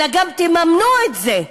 אלא גם תממנו את זה.